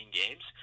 games